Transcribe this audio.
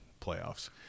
playoffs